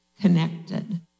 connected